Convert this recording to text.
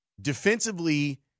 Defensively